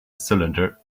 cylinder